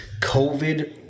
COVID